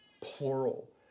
plural